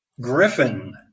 Griffin